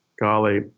golly